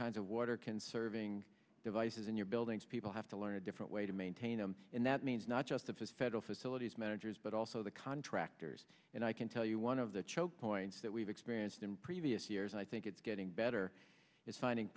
kinds of water conserving devices in your buildings people have to learn a different way to maintain them and that means not just of his federal facilities managers but also the contractors and i can tell you one of the choke points that we've experienced in previous years and i think it's getting better is finding